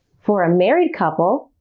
for a married couple,